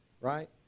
right